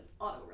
auto